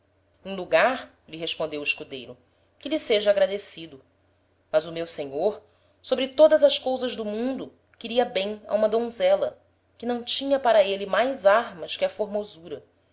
em lugar lhe respondeu o escudeiro que lhe seja agradecido mas o meu senhor sobre todas as cousas do mundo queria bem a uma donzela que não tinha para êle mais armas que a formosura